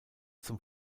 zum